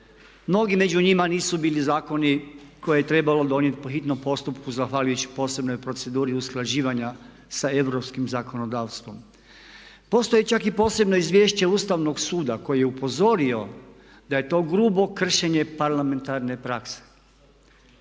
Mnogi među njima nisu bili zakoni koje je trebalo donijeti po hitnom postupku zahvaljujući posebnoj proceduri usklađivanja sa europskim zakonodavstvom. Postoje čak i posebna izvješća Ustavnog suda koji je upozorio da je to grubo kršenje parlamentarne prakse